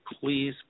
please